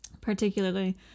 particularly